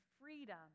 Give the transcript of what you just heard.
freedom